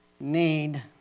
need